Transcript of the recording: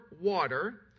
water